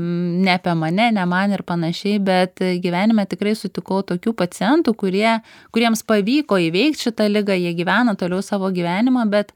ne apie mane ne man ir panašiai bet gyvenime tikrai sutikau tokių pacientų kurie kuriems pavyko įveikt šitą ligą jie gyvena toliau savo gyvenimą bet